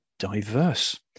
diverse